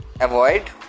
avoid